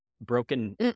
broken